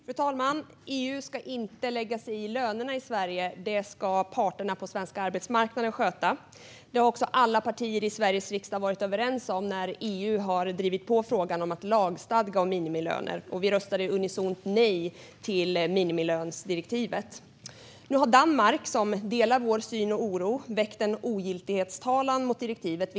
Fru talman! EU ska inte lägga sig i lönerna i Sverige, utan dem ska parterna på den svenska arbetsmarknaden sköta. Detta har alla partier i Sveriges riksdag varit överens om när EU har drivit på i frågan om att lagstadga om minimilöner, och vi röstade unisont nej till minimilönsdirektivet. Nu har Danmark, som delar vår syn och oro, väckt en ogiltighetstalan mot direktivet.